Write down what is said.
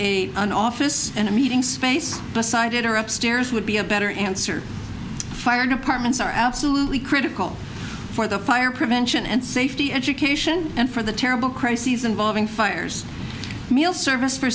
a an office and a meeting space beside it or up stairs would be a better answer fire departments are absolutely critical for the fire prevention and safety education and for the terrible crises involving fires meal service for